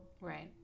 Right